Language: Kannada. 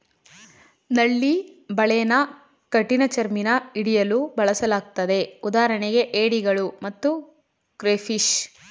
ನಳ್ಳಿ ಬಲೆನ ಕಠಿಣಚರ್ಮಿನ ಹಿಡಿಯಲು ಬಳಸಲಾಗ್ತದೆ ಉದಾಹರಣೆಗೆ ಏಡಿಗಳು ಮತ್ತು ಕ್ರೇಫಿಷ್